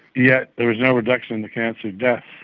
yet there was no reduction the cancer deaths.